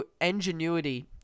ingenuity